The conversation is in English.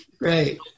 right